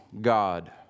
God